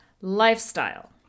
lifestyle